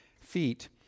feet